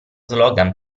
slogan